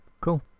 Cool